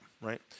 right